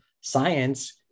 science